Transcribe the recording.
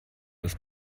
das